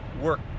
work